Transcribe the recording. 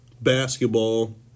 basketball